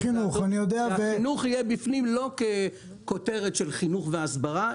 שהחינוך יהיה בפנים לא ככותרת של חינוך והסברה,